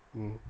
mm